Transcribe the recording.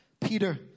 Peter